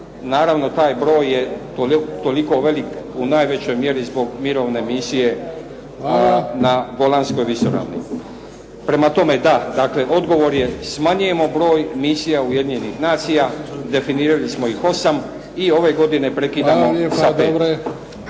Naravno taj broj je toliko velik u najvećoj mjeri zbog mirovine misije na Golanskoj visoravni. **Bebić, Luka (HDZ)** Hvala. **Raboteg, Mate** Prema tome, da. Dakle, odgovor je smanjujemo broj misija Ujedinjenih nacija, definirali smo ih 8, i ove godine prekidamo sa